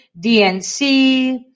DNC